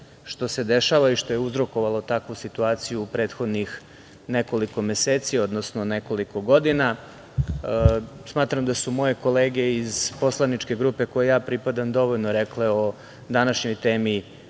što se dešava i što je uzrokovalo takvu situaciju prethodnih nekoliko meseci, odnosno nekoliko godina. Smatram da su moje kolege iz poslaničke grupe kojoj pripadam dovoljno rekle o današnjoj temi